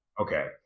Okay